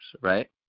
right